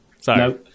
Sorry